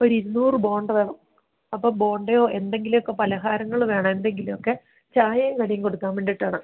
ഒരു ഇരുന്നൂറ് ബോണ്ട വേണം അപ്പം ബോണ്ടയോ എന്തെങ്കിലൊക്കെ പലഹാരങ്ങൾ വേണം എന്തെങ്കിലും ഒക്കെ ചായയും കടിയും കൊടുക്കാൻ വേണ്ടിയിട്ടാണ്